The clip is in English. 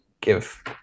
give